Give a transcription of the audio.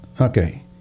Okay